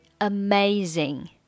amazing